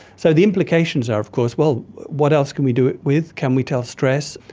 so the implications are of course, well, what else can we do it with? can we tell stress?